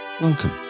Welcome